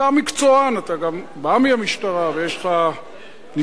אתה מקצוען, אתה גם בא מהמשטרה ויש לך ניסיון.